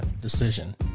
decision